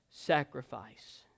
sacrifice